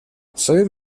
совет